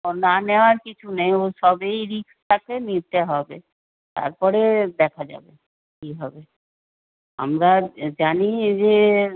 ও না নেওয়ার কিছু নেই ও সবেই রিস্ক আছে নিতে হবে তারপরে দেখা যাবে কী হবে আমরা জানি যে